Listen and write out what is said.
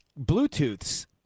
Bluetooth's